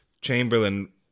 Chamberlain